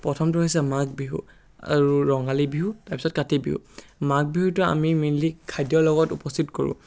প্ৰথমটো হৈছে মাঘ বিহু আৰু ৰঙালী বিহু তাৰপিছত কাতি বিহু মাঘ বিহুটো আমি মেইনলি খাদ্যৰ লগত উপস্থিত কৰোঁ